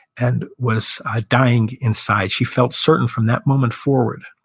and was ah dying inside. she felt certain from that moment forward,